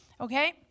Okay